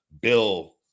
Bill